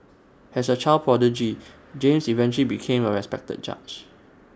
has A child prodigy James eventually became A respected judge